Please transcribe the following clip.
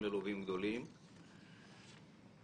את זה אני לגמרי מבינה.